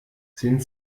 sind